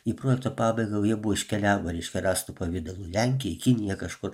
į projekto pabaigą jau jie buvo iškeliavo reiškia rąstų pavidalų lenkijai kinija kažkur